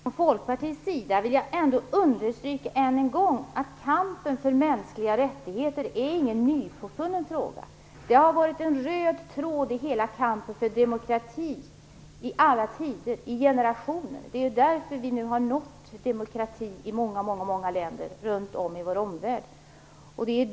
Herr talman! Från Folkpartiets sida vill jag ändå understryka än en gång att kampen för mänskliga rättigheter är ingen nypåfunnen fråga. Den har varit en röd tråd i hela kampen för demokrati i alla tider, i generationer. Det är därför man nu har uppnått demokrati i många många länder runt om i vår omvärld.